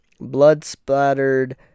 Blood-splattered